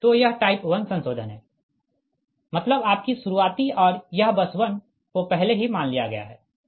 तो यह टाइप 1 संशोधन है मतलब आपकी शुरूआती और यह बस 1 को पहले ही मान लिया गया है ठीक